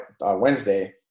Wednesday